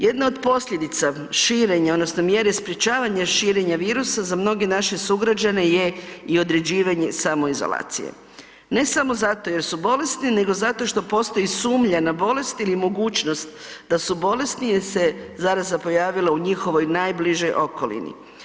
Jedna od posljedica širenja odnosno mjere sprečavanja širenja virusa za mnoge naše sugrađane je i određivanje samoizolacije, ne samo zato jer su bolesni nego zato što postoji sumnja na bolest ili mogućnost da su bolesni jer se zaraza pojavila u njihovoj najbližoj okolini.